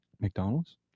McDonald's